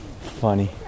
Funny